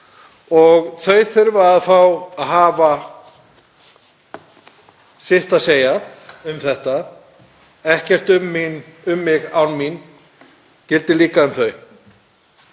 og þau þurfa að fá að hafa sitt að segja um þetta. „Ekkert um mig án mín“ gildir líka um þau.